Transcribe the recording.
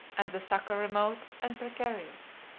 and the succor remote and precarious.